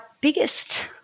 biggest